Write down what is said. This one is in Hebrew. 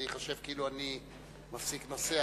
כי זה ייחשב כאילו אני מפסיק נושא,